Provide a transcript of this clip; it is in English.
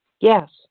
Yes